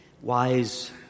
wise